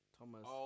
Thomas